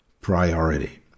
priority